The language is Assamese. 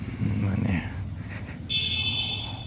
মানে